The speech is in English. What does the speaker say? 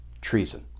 treason